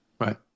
Right